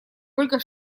ольга